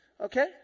Okay